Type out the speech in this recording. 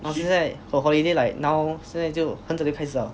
然后现在 her holiday like now 现在就很早就开始了